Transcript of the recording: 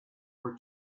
were